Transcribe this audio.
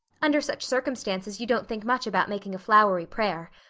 under such circumstances you don't think much about making a flowery prayer.